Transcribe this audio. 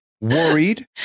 Worried